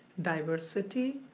diversity,